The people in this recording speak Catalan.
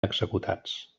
executats